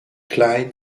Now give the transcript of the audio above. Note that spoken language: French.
klein